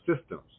systems